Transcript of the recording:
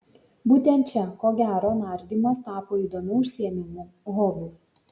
būtent čia ko gero nardymas tapo įdomiu užsiėmimu hobiu